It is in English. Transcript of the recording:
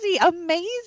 Amazing